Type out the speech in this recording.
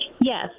Yes